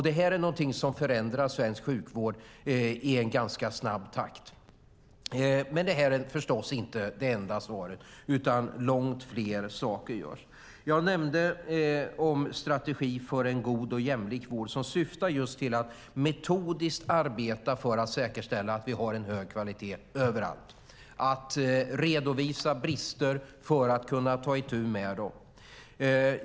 Det här är någonting som förändrar svensk sjukvård i ganska snabb takt. Men det här är förstås inte det enda svaret, utan långt fler saker görs. Jag nämnde strategin för en god och jämlik vård som syftar just till att metodiskt arbeta för att säkerställa att vi har en hög kvalitet överallt, att brister redovisas för att man ska kunna ta itu med dem.